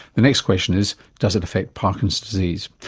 the next question is does it affect parkinson's disease.